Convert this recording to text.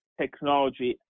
technology